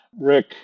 Rick